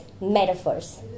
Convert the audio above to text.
metaphors